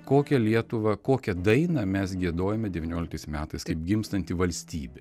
kokią lietuvą kokią dainą mes giedojome devynioliktais metais kaip gimstanti valstybė